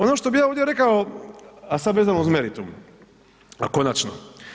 Ono što bih ja ovdje rekao, a sad vezano uz meritum konačno.